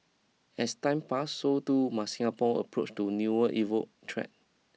as time pass so too must Singapore approach to newer evokeed threat